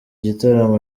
gitaramo